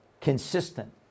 consistent